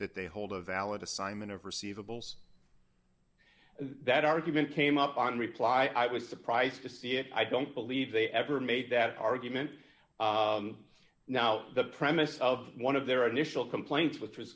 that they hold a valid assignment of receivables that argument came up on reply i was surprised to see it i don't believe they ever made that argument now the premise of one of their initial complaints with